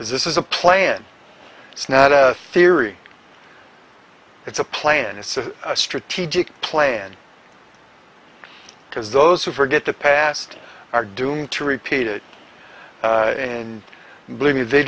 because this is a plan it's not a theory it's a plan it's a strategic plan because those who forget the past are doomed to repeat it and believe me they